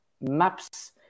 maps